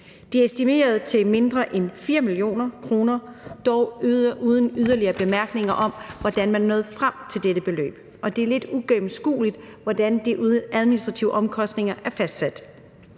Det er estimeret til mindre end 4 mio. kr., dog uden yderligere bemærkninger om, hvordan man er nået frem til dette beløb. Det er lidt uigennemskueligt, hvordan de administrative omkostninger er fastsat.